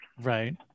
Right